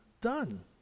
done